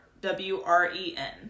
W-R-E-N